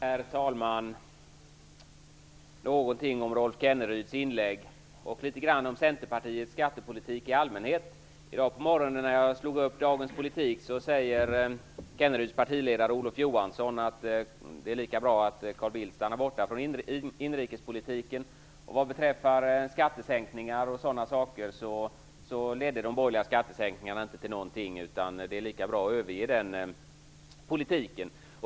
Herr talman! Något om Rolf Kenneryds inlägg och litet grand om Centerpartiets skattepolitik i allmänhet. När jag i dag på morgonen slog upp Dagens Politik läste jag att Kenneryds partiledare Olof Johansson säger att det är lika bra att Carl Bildt stannar borta från inrikespolitiken och att skattesänkningar o.d. inte leder till någonting utan att det är lika bra att överge den politiken.